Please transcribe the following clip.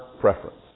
preference